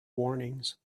warnings